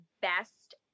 best